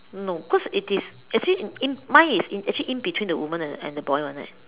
no cause it is actually mine is actually in between the women and the boy [one] leh